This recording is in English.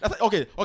okay